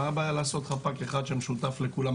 מה המטרה לעשות חפ"ק אחד שמשותף לכולם,